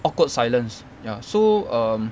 awkward silence ya so um